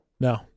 No